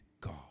God